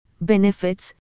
benefits